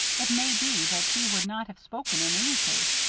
it may be that he would not have spoken in any case,